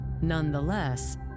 Nonetheless